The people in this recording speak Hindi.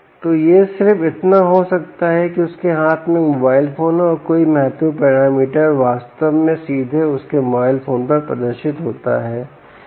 तो यह सिर्फ इतना हो सकता है कि उसके हाथ में एक मोबाइल फोन है और कोई भी महत्वपूर्ण पैरामीटर वास्तव में सीधे उसके मोबाइल फोन पर प्रदर्शित होता है